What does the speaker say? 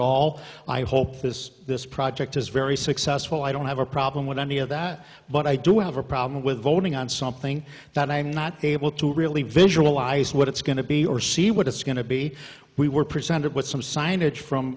all i hope this this project is very successful i don't have a problem with any of that but i don't have a problem with voting on something that i'm not able to really visualize what it's going to be or see what it's going to be we were presented with some signage from